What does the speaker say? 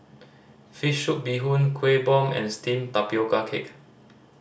fish soup bee hoon Kueh Bom and steamed tapioca cake